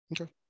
Okay